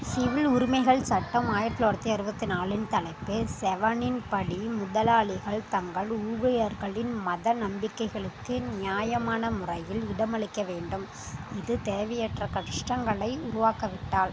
civil உரிமைகள் சட்டம் ஆயிரத்து தொள்ளாயிரத்து அறுபத்தி நாலின் தலைப்பு செவனின் படி முதலாளிகள் தங்கள் ஊழியர்களின் மத நம்பிக்கைகளுக்கு நியாயமான முறையில் இடமளிக்க வேண்டும் இது தேவையற்ற கஷ்டங்களை உருவாக்காவிட்டால்